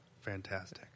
fantastic